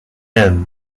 end